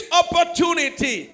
opportunity